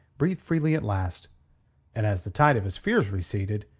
breathed freely at last and as the tide of his fears receded,